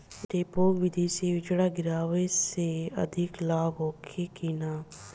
डेपोक विधि से बिचड़ा गिरावे से अधिक लाभ होखे की न?